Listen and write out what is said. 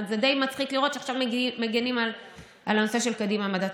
זה די מצחיק לראות שעכשיו מגינים על הנושא של קדימה מדע.